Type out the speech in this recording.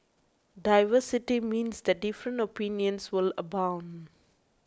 diversity means that different opinions will abound